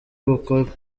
bukorwa